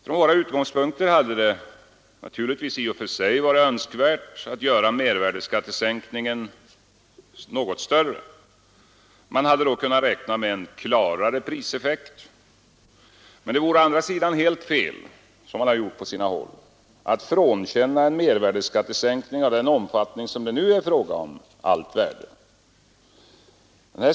Från våra utgångspunkter hade det naturligtvis i och för sig varit önskvärt att göra mervärdeskattesänkningen något större. Man hade då kunnat räkna med en klarare priseffekt. Men å andra sidan vore det helt fel — som man har gjort på sina håll — att frånkänna en mervärdeskattesänkning av den omfattning, som det nu är fråga om, allt värde.